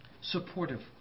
Supportive